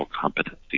competency